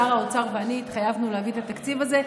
שר האוצר ואני התחייבנו להביא את התקציב הזה.